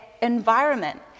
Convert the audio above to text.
environment